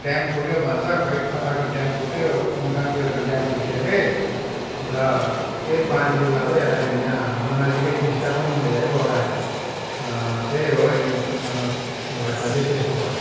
dam फुट्यो भन्छ खोइ कताको ड्याम फुट्यो चुङथाङतिरको ड्याम फुट्यो अरे र त्यही पानीले गर्दा या हाम्रो नजिकै टिस्टा पनि घेरै बगायो त्यही हो यो घटना चाहिँ त्यस्तो भयो